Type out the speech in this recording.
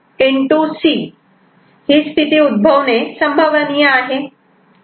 C ही स्थिती उद्भवणे संभवनीय आहे